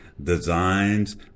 Designs